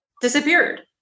disappeared